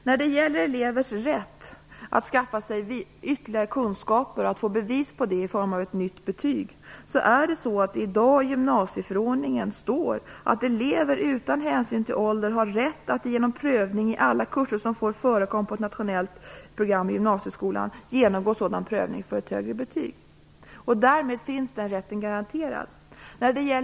När det gäller elevers rätt att skaffa sig ytterligare kunskaper och få bevis för dessa i form av ett nytt betyg står det redan i dag i gymnasieförordningen att elever utan hänsyn till ålder har rätt att i alla kurser som får förekomma på ett nationellt program i gymnasieskolan genomgå prövning för ett högre betyg. Därmed finns den rätten garanterad.